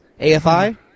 AFI